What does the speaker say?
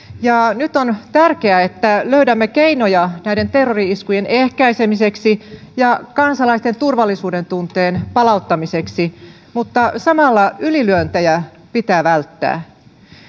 nyt on tärkeää että löydämme keinoja terrori iskujen ehkäisemiseksi ja kansalaisten turvallisuudentunteen palauttamiseksi mutta samalla ylilyöntejä pitää välttää